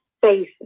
face